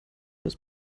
das